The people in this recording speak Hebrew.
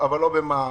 במע"מ,